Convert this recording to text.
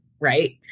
right